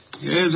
Yes